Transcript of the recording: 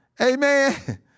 Amen